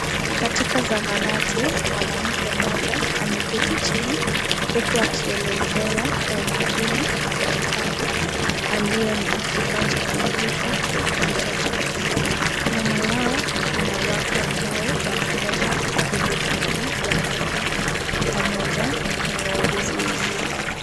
Katika zahanati mwanamke mmoja ameketi chini huku akielezewa kwa umakini na daktari aliye na kifaa cha kumulika kwenye kichwa chake. Nyuma yao, kuna watu ambao wanangoja huduma hii ya afya pamoja na wauguzi wengine.